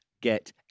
get